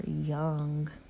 young